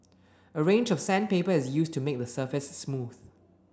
a range of sandpaper is used to make the surface smooth